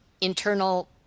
internal